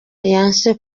yanse